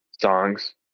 songs